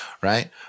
right